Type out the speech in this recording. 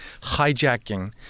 hijacking